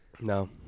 No